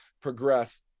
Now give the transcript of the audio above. progress